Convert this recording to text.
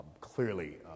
clearly